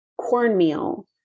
cornmeal